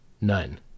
None